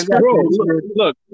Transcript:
look